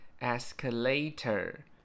Escalator